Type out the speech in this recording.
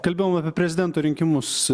kalbėjom apie prezidento rinkimus